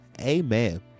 Amen